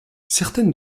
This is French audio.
certaines